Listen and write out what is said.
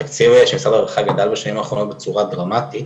התקציב של משרד הרווחה גדל בשנים האחרונות בצורה דרמטית.